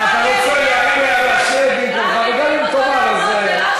חברת הכנסת עליזה לביא, יש לך שאילתה.